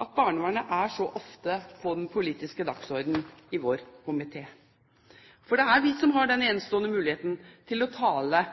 at barnevernet så ofte er på den politiske dagsordenen i vår komité. For det er vi som har den enestående muligheten til å tale